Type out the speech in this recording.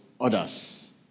others